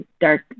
dark